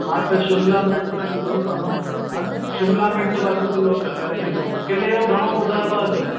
हा त शिमला मिर्च बि लिखो तव्हां हा न शिमला मिर्च बि अधु किलो क करे छॾियो किले जो घणो ॿुधायव अघु